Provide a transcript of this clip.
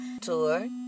Tour